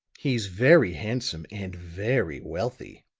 he's very handsome and very wealthy,